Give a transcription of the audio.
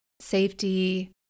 safety